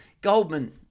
Goldman